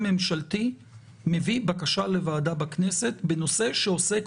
ממשלתי מביא בקשה לוועדה בכנסת בנושא שעוסק,